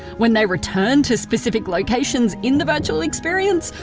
when they returned to specific locations in the virtual experience,